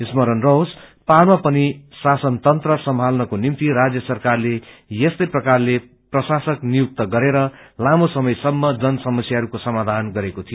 स्मरण रहोस् कि पहाइमा पनि शासन तन्त्र सम्हाल्नको निभ्ति राज्य सरकारले यस्तै प्रकारले प्रशासक नियुक्त गरेर लामो समय सम्म जन समस्याहरूको समाधान गरेको थियो